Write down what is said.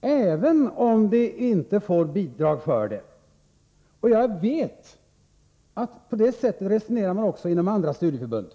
även om vi inte får bidrag för det. Jag vet att man resonerar på det sättet också inom andra studieförbund.